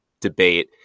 debate